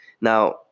Now